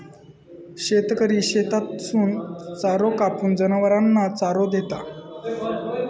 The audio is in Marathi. शेतकरी शेतातसून चारो कापून, जनावरांना चारो देता